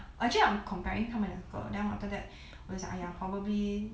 actually I'm comparing 他们两个 and then after that 我在想 !aiya! probably